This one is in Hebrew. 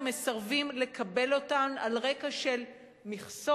בתי-ספר מסרבים לקבל אותן על רקע של מכסות.